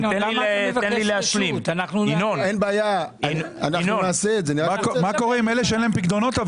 תן לי להשלים --- מה קורה עם אלה שאין להם פיקדונות?